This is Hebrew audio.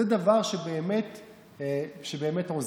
זה דבר שבאמת עוזר.